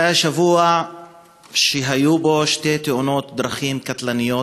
זה היה שבוע שהיו בו שתי תאונות דרכים קטלניות,